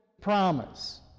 promise